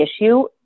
issue